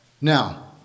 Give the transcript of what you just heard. Now